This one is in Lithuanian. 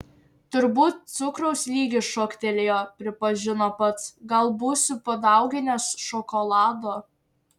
turbūt cukraus lygis šoktelėjo pripažino pats gal būsiu padauginęs šokolado